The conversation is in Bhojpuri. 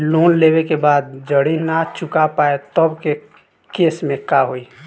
लोन लेवे के बाद जड़ी ना चुका पाएं तब के केसमे का होई?